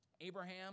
Abraham